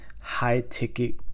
high-ticket